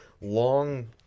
long